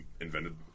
Invented